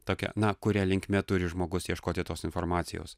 tokią na kuria linkme turi žmogus ieškoti tos informacijos